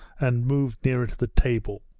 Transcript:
and moved nearer to the table.